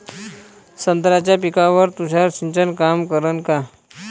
संत्र्याच्या पिकावर तुषार सिंचन काम करन का?